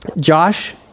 Josh